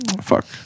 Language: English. fuck